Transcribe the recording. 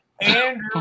Andrew